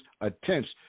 attempts